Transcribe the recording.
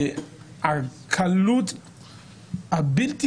הקלות הבלתי